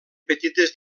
petites